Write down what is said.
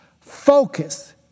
Focus